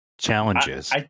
challenges